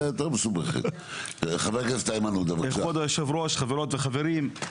חברות וחברים.